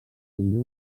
tingué